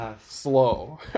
slow